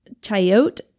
chayote